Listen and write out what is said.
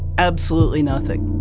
absolutely nothing.